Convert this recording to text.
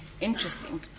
interesting